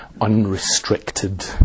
unrestricted